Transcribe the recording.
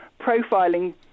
profiling